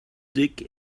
dig